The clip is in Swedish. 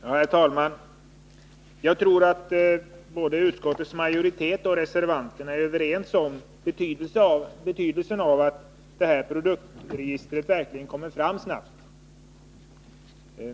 Herr talman! Jag tror att utskottets majoritet och reservanterna är överens om betydelsen av att produktregistret snabbt kommer till stånd.